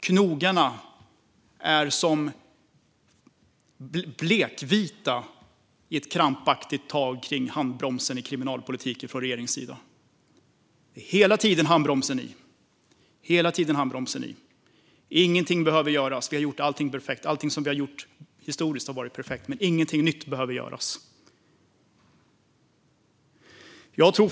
Knogarna är blekvita i ett krampaktigt tag kring handbromsen i kriminalpolitiken från regeringens sida. Det är hela tiden handbromsen i. Ingenting behöver göras. Vi har gjort allting perfekt. Allting som vi har gjort historiskt har varit perfekt, och ingenting nytt behöver göras. Fru talman!